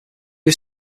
was